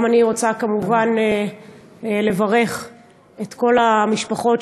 גם אני רוצה כמובן לברך את כל המשפחות